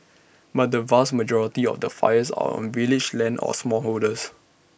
but the vast majority of the fires are on village lands or smallholders